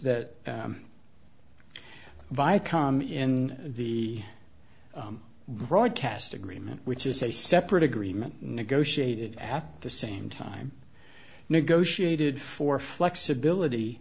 viacom in the broadcast agreement which is a separate agreement negotiated at the same time negotiated for flexibility